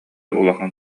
улахан